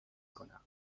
کنم